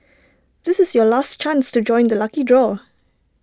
this is your last chance to join the lucky draw